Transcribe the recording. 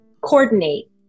coordinate